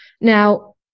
Now